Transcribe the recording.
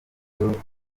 nibyo